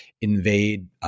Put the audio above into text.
invade